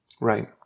right